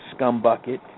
scumbucket